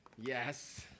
Yes